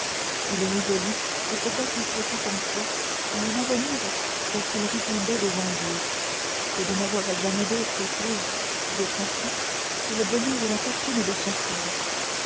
il résolut de se consacrer tout entier à un avenir dont il répondait devant dieu et de n'avoir jamais d'autre épouse d'autre enfant que le bonheur et la fortune de son frère